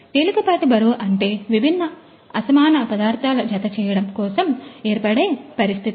తేలికపాటి బరువు అంటే విభిన్న అసమాన పదార్థాల జత చేయడం కోసం ఏర్పడే పరిస్థితి